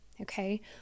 Okay